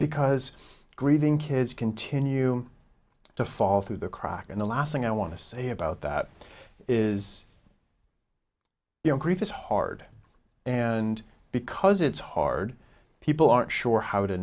because grieving kids continue to fall through the crack in the last thing i want to say about that is you know grief is hard and because it's hard people aren't sure how to